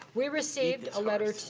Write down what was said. we received a letter